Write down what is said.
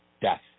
death